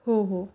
हो हो